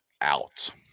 out